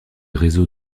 réseaux